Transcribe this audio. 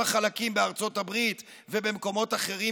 חלקים בארצות הברית ובמקומות אחרים,